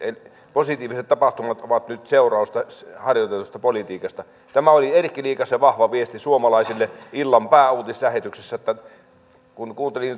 positiiviset tapahtumat ovat nyt seurausta harjoitetusta politiikasta tämä oli erkki liikasen vahva viesti suomalaisille illan pääuutislähetyksessä kun kuuntelin